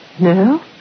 No